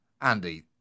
Andy